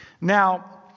Now